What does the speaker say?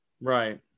Right